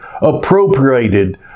appropriated